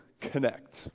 connect